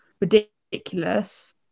ridiculous